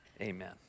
amen